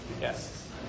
Yes